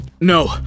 No